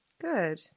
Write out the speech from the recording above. Good